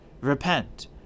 Repent